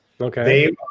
Okay